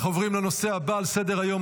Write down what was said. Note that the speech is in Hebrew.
אנחנו עוברים לנושא הבא על סדר-היום,